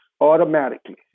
automatically